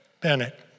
Bennett